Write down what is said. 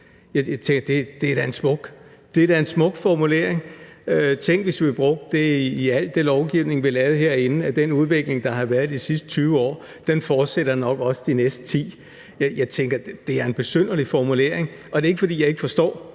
Det er da en smuk formulering. Tænk, hvis vi brugte det i al den lovgivning, vi lavede herinde, altså at sige, at den udvikling, der har været de sidste 20 år, nok også fortsætter de næste 10 år. Jeg tænker, at det er en besynderlig formulering. Og det er ikke, fordi jeg ikke forstår,